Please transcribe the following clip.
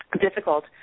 difficult